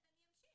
אז אני אמשיך.